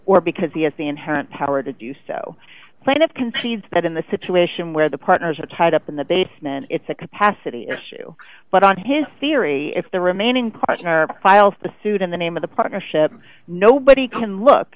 or because he has the inherent power to do so plaintiff concedes that in the situation where the partners are tied up in the basement it's a capacity issue but on his theory if the remaining partner files the suit in the name of the partnership nobody can look